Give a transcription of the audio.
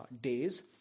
days